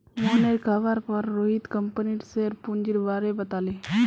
मोहनेर कहवार पर रोहित कंपनीर शेयर पूंजीर बारें बताले